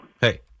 Hey